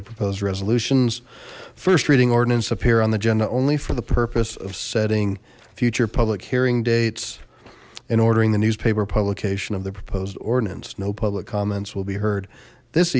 the proposed resolutions first reading ordinance appear on the agenda only for the purpose of setting future public hearing dates in or during the newspaper publication of the proposed ordinance no public comments will be heard this